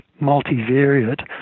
multivariate